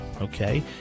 Okay